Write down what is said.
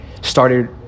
started